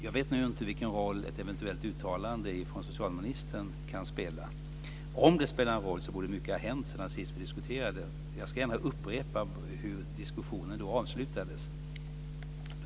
Jag vet inte vilken roll ett eventuellt uttalande från socialministern kan spela. Om det spelar en roll borde mycket ha hänt sedan sista gången vi diskuterade detta. Jag ska gärna upprepa hur diskussionen då avslutades.